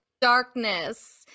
darkness